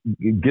get